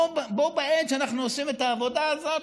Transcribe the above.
בה בעת שאנחנו עושים את העבודה הזאת,